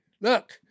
Look